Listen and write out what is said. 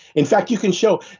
in fact you can show.